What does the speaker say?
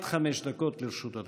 עד חמש דקות לרשות אדוני.